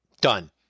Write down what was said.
done